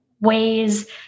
ways